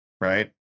right